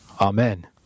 Amen